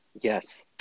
yes